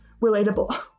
relatable